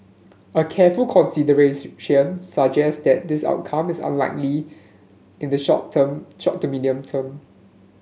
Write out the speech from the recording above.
a careful suggest that this outcome is unlikely in the short term short to medium term